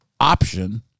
option